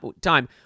time